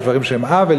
יש דברים שהם עוול,